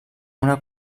una